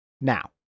now